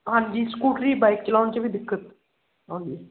ਹਾਂਜੀ scooty bike ਚਲਾਉਣ 'ਚ ਵੀ ਦਿੱਕਤ ਆਉਂਦੀ ਆ